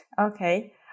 Okay